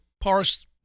parse